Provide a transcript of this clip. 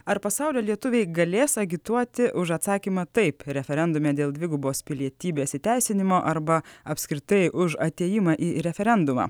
ar pasaulio lietuviai galės agituoti už atsakymą taip referendume dėl dvigubos pilietybės įteisinimo arba apskritai už atėjimą į referendumą